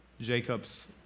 Jacob's